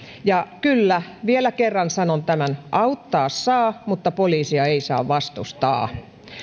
ja kyllä vielä kerran sanon tämän auttaa saa mutta poliisia ei saa vastustaa